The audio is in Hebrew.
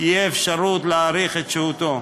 להאריך את שהותו.